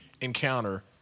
encounter